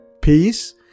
Peace